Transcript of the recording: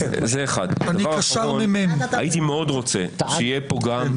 הייתי מאוד רוצה שיהיה פה גם,